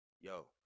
Yo